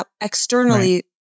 externally